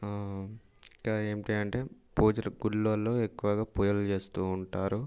ఇంకా ఏమిటి అంటే పూజలు గుళ్ళలో ఎక్కువగా పూజలు చేస్తూ ఉంటారు